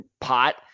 pot